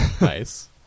Nice